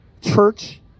Church